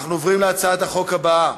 אנחנו עוברים להצעת החוק הבאה.